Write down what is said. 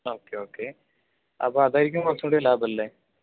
okay okay അപ്പോൾ അതായിരിക്കും കുറച്ചുകൂടി ലാഭം അല്ലേ